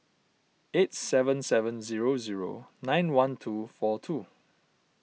eight seven seven zero zero nine one two four two